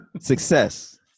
success